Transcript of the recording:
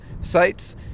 sites